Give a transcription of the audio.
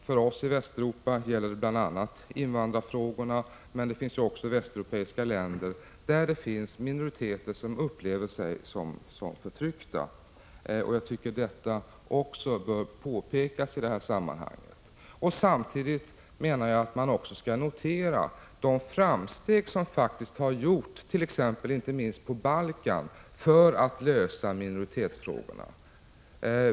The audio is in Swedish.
För oss i Västeuropa gäller det bl.a. invandrarfrågorna, men det finns också i västeuropeiska länder minoriteter som upplever sig som förtryckta. Jag tycker att detta också bör påpekas i det här sammanhanget. Samtidigt menar jag att man även skall notera de framsteg som faktiskt har gjorts, inte minst på Balkan, för att lösa minoritetsfrågorna.